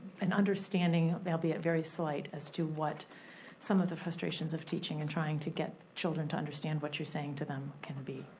an understanding, albeit very slight, as to what some of the frustrations of teaching and trying to get children to understand what you're saying to them can be.